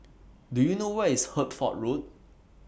Do YOU know Where IS Hertford Road